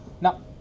Now